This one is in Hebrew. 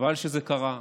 וחבל שזה קרה.